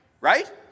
right